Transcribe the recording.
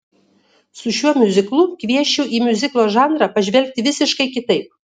su šiuo miuziklu kviesčiau į miuziklo žanrą pažvelgti visiškai kitaip